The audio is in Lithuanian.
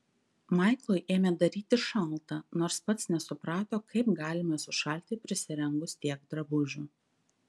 maiklui ėmė darytis šalta nors pats nesuprato kaip galima sušalti prisirengus tiek drabužių